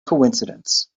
coincidence